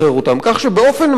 כך שבאופן מעשי,